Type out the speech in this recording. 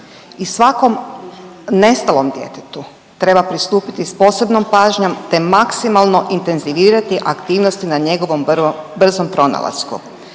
i svakom nestalom djetetu treba pristupiti s posebnom pažnjom, te maksimalno intenzivirati aktivnosti na njegovom vrlo brzom pronalasku.